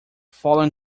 fallen